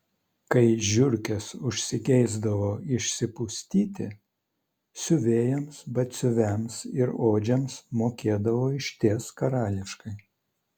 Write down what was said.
kai žiurkės užsigeisdavo išsipustyti siuvėjams batsiuviams ir odžiams mokėdavo išties karališkai